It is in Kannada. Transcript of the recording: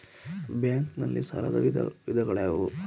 ಬ್ಯಾಂಕ್ ನಲ್ಲಿ ಸಾಲದ ವಿಧಗಳಾವುವು?